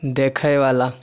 देखयवला